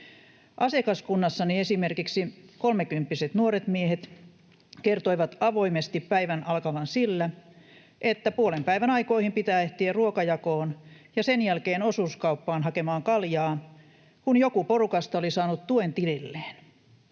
Asiakaskunnassani esimerkiksi kolmekymppiset nuoret miehet kertoivat avoimesti päivän alkavan sillä, että puolenpäivän aikoihin pitää ehtiä ruokajakoon ja sen jälkeen osuuskauppaan hakemaan kaljaa, kun joku porukasta oli saanut tuen tililleen.